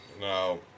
No